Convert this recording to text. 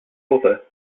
author